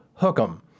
Hook'em